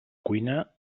cuina